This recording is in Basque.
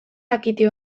dakite